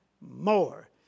more